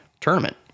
tournament